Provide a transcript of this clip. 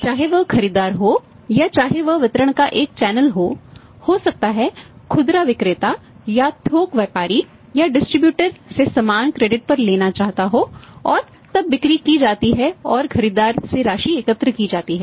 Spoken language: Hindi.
चाहे वह ख़रीदार हो या चाहे वह वितरण का एक चैनल से सामान क्रेडिट पर लेना चाहता हो और तब बिक्री की जाती है और खरीदार से राशि एकत्र की जाती है